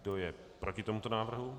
Kdo je proti tomuto návrhu?